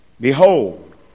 Behold